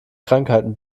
krankheiten